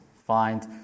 Find